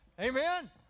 Amen